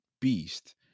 beast